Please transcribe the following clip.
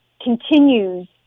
continues